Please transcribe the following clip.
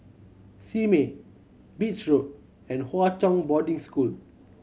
Simei Beach Road and Hwa Chong Boarding School